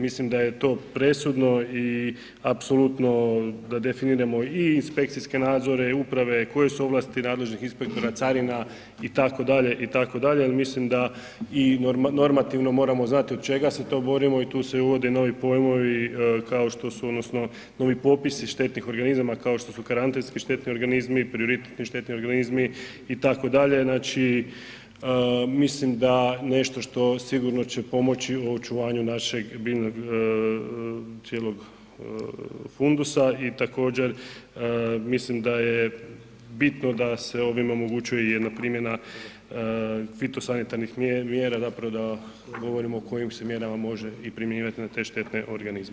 Mislim da je to presudno i apsolutno da definiramo i inspekcijske nadzore i uprave, koje su ovlasti nadležnih inspektora, carina itd., itd. jel mislim da i normativno moramo znati od čega se to borimo i tu se uvode novi pojmovi kao što su odnosno novi popisi štetnih organizama kao što su karantenski štetni organizmi, prioritetni štetni organizmi itd., znači mislim da nešto što sigurno će pomoći u očuvanju našeg biljnog, cijelog fundusa i također mislim da je bitno da se ovim omogućuje i jedna primjena fitosanitarnih mjera zapravo da govorimo o kojim se mjerama može i primjenjivat na te štetne organizme.